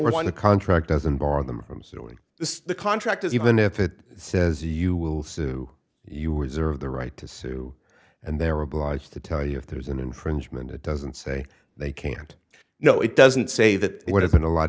one the contract doesn't bar them from suing the contractors even if it says you will sue you are deserve the right to sue and they're obliged to tell you if there's an infringement it doesn't say they can't no it doesn't say that it would have been a lot